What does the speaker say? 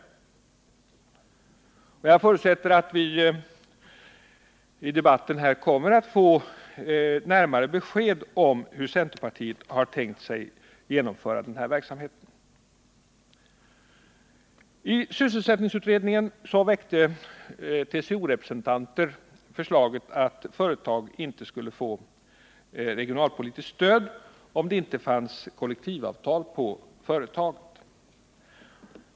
Jag förutsätter att vi under denna debatt kommer att få närmare besked om hur centerpartiet har tänkt sig att genomföra denna verksamhet. I sysselsättningsutredningen väckte TCO-representanter förslaget att företag inte skulle få regionalpolitiskt stöd, om det inte finns kollektivavtal på företagen.